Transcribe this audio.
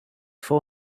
four